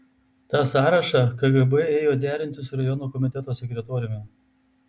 tą sąrašą kgb ėjo derinti su rajono komiteto sekretoriumi